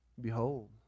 Behold